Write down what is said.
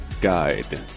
Guide